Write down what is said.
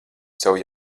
sev